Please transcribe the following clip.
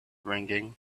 ringing